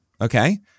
okay